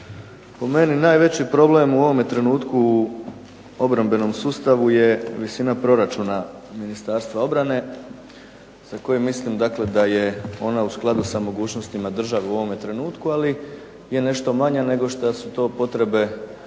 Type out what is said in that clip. po meni najveći problem u ovome trenutku u obrambenom sustavu je visina proračuna Ministarstva obrane, za koju mislim da je ona u skladu s mogućnostima Republike hrvatske u ovome trenutku ako je nešto manja nego što su to potrebe,